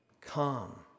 Come